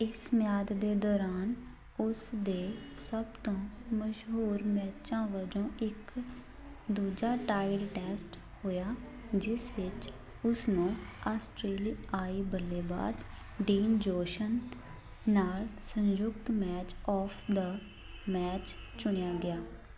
ਇਸ ਮਿਆਦ ਦੇ ਦੌਰਾਨ ਉਸ ਦੇ ਸਭ ਤੋਂ ਮਸ਼ਹੂਰ ਮੈਚਾਂ ਵਜੋਂ ਇੱਕ ਦੂਜਾ ਟਾਈਡ ਟੈਸਟ ਹੋਇਆ ਜਿਸ ਵਿੱਚ ਉਸ ਨੂੰ ਆਸਟਰੇਲੀਆਈ ਬੱਲੇਬਾਜ਼ ਡੀਨ ਜੋਸ਼ਨ ਨਾਲ ਸੰਯੁਕਤ ਮੈਚ ਔਫ਼ ਦਾ ਮੈਚ ਚੁਣਿਆ ਗਿਆ